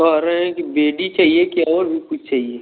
कह रहे हैं कि बेड ही चहिए कि और भी कुछ चहिए